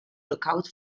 lookout